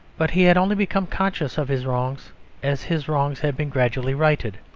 but he had only become conscious of his wrongs as his wrongs had been gradually righted.